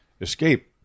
escape